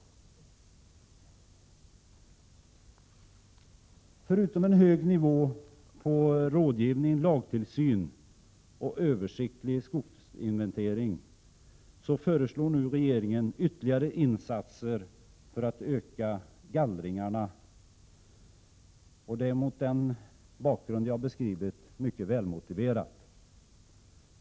1987/88:99 Förutom en hög nivå på rådgivning, lagtillsyn och översiktlig skogsinvente 13 april 1988 ring föreslår regeringen nu ytterligare insatser för att öka gallringarna, och det är mot den bakgrund jag har beskrivit mycket välmotiverat.